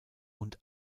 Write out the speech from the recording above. und